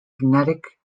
kinetic